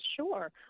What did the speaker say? sure